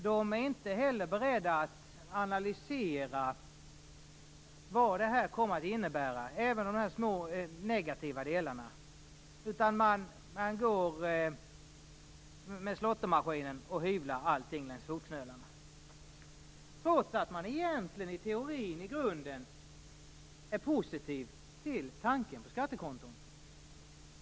De är inte heller beredda att analysera vad det här kommer att innebära - även de här små negativa delarna. Man går fram med slåttermaskinen och hyvlar allting längs fotknölarna. Detta gör man trots att man egentligen i teorin, i grunden, är positiv till tanken på skattekonto.